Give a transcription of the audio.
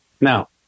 Now